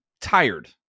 tired